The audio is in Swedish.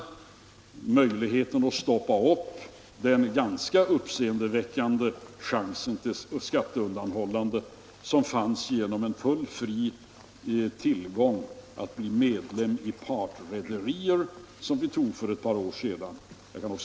Jag vill också erinra om den möjlighet att stoppa den ganska uppseendeväckande chansen till skatteundanhållande genom en full frihet att bli medlem i partrederier som vi införde för ett par år sedan.